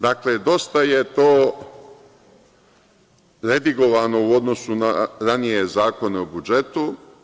Dakle, dosta je to redigovano u odnosu na ranije zakone o budžetu.